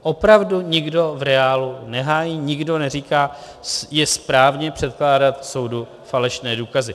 Opravdu nikdo v reálu nehájí, nikdo neříká, že je správné předkládat soudu falešné důkazy.